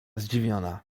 zdziwiona